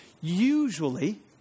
Usually